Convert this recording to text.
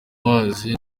mazi